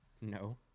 No